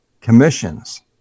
commissions